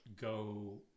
go